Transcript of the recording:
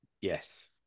Yes